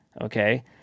okay